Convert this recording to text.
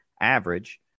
average